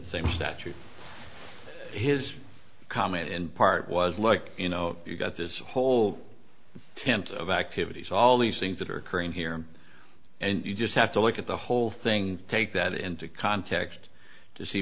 the same statute his comment in part was like you know you've got this whole attempt of activities all these things that are occurring here and you just have to look at the whole thing take that into context to see